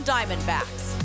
Diamondbacks